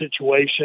situation